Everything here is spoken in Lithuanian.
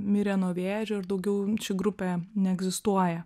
mirė nuo vėžio ir daugiau ši grupė neegzistuoja